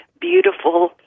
beautiful